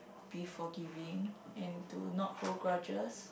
be forgiving and do not hold grudges